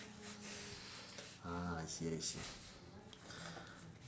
ah I see I see